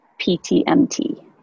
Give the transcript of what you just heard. PTMT